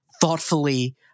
thoughtfully